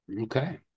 Okay